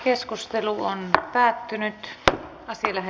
keskustelu päättyi